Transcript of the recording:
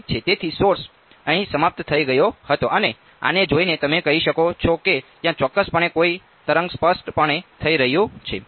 તેથી સોર્સ અહીં સમાપ્ત થઈ ગયો હતો અને આને જોઈને તમે કહી શકો છો કે ત્યાં ચોક્કસપણે કોઈ તરંગ સ્પષ્ટપણે થઈ રહ્યું છે